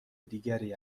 دیگری